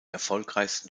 erfolgreichsten